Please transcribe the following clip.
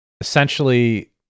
essentially